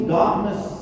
darkness